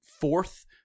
fourth